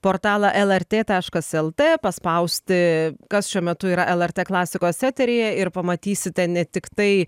portalą lrt taškas lt paspausti kas šiuo metu yra lrt klasikos eteryje ir pamatysite ne tiktai